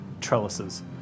trellises